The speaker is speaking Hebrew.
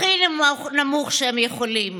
הכי נמוך שהם יכולים.